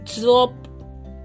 drop